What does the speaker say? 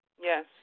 Yes